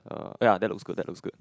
uh ya that looks good that looks good